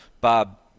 Bob